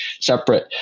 separate